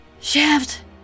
Shaft